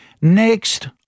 Next